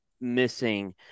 missing